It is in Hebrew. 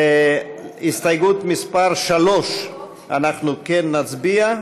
על הסתייגות מס' 3 אנחנו כן נצביע,